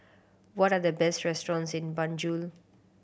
what are the best restaurants in Banjul